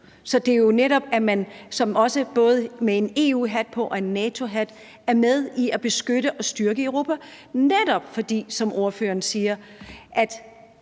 Så det er jo netop sådan, at man med en EU-hat på og en NATO-hat på er med til at beskytte og styrke Europa, netop fordi, som ordføreren siger,